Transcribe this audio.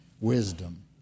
wisdom